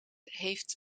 heeft